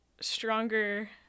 stronger